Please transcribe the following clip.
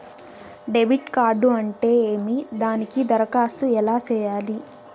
debit card అంటే ఏమి దానికి దరఖాస్తు ఎలా సేయాలి